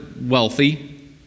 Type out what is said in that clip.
wealthy